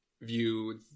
view